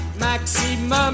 maximum